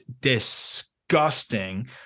disgusting